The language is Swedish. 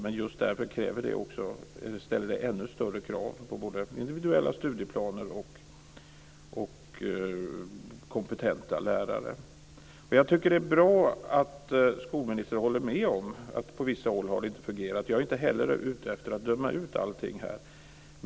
Det ställer ju ännu större krav på både individuella studieplaner och kompetenta lärare. Jag tycker att det är bra att skolministern håller med om att det inte har fungerat på vissa håll. Jag är inte ute efter att döma ut allting.